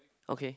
okay